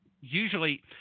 usually